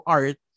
art